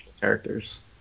characters